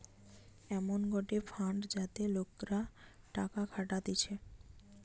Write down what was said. এমন গটে ফান্ড যাতে লোকরা টাকা খাটাতিছে